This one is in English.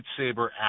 lightsaber